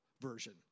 version